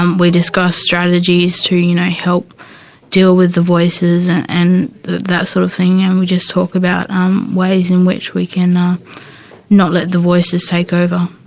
um we discuss strategies to, you know, help deal with the voices and that that sort of thing. yeah, and we just talk about um ways in which we can not let the voices take over.